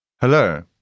Hello